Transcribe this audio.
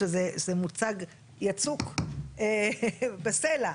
שזה מוצג יצוק בסלע.